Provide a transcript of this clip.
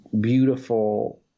beautiful